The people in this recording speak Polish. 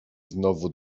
znowu